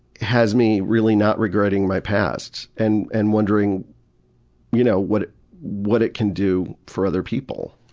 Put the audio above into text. has me really not regretting my past, and and wondering you know what what it can do for other people.